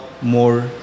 more